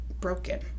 broken